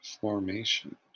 Formation